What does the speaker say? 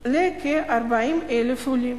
לכ-40,000 עולים.